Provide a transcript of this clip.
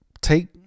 take